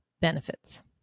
benefits